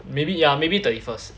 maybe ya maybe thirty first